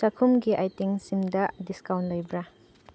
ꯆꯥꯈꯨꯝꯒꯤ ꯑꯥꯏꯇꯦꯝꯁꯤꯡꯗ ꯗꯤꯁꯀꯥꯎꯟ ꯂꯩꯕ꯭ꯔꯥ